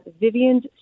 Vivian's